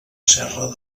serra